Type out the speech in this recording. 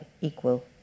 equal